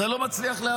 אז אני לא מצליח להבין,